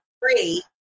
three